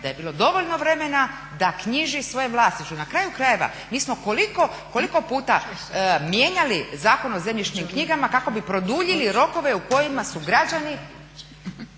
da je bilo dovoljno vremena da knjiži svoje vlasništvo. Na kraju krajeva, mi smo koliko puta mijenjali Zakon o zemljišnim knjigama kako bi produljili rokove u kojima su građani